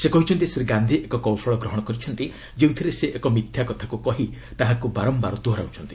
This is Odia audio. ସେ କହିଛନ୍ତି ଶ୍ରୀ ଗାନ୍ଧି ଏକ କୌଶଳ ଗ୍ରହଣ କରିଛନ୍ତି ଯେଉଁଥିରେ ସେ ଏକ ମିଥ୍ୟା କଥାକୁ କହି ତାକୁ ବାରମ୍ଭାର ଦୋହରାଉଛନ୍ତି